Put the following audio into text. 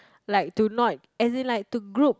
like to not as in like to group